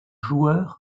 joueur